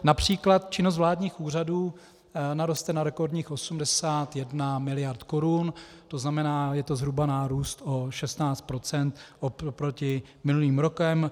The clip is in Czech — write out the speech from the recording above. Například činnost vládních úřadů naroste na rekordních 81 mld. korun, tzn. je to zhruba nárůst o 16 % oproti minulému roku.